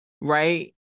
right